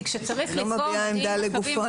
כי כשצריך לקבוע --- אני לא מביעה עמדה לגופו,